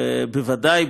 ובוודאי,